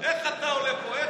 איך אתה עולה פה?